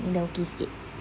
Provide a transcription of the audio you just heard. ni dah okay sikit